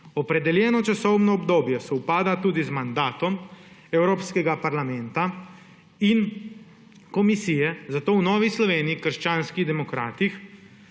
Opredeljeno časovno obdobje sovpada tudi z mandatom Evropskega parlamenta in Evropske komisije, zato v Novi Sloveniji – krščanskih demokratih